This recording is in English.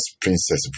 Princess